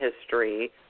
history